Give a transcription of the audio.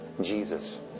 Jesus